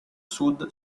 sud